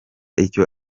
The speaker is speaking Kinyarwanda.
icyo